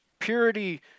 Purity